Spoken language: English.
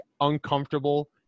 uncomfortable